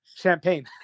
Champagne